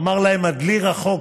אמר להם: הדלי רחוק.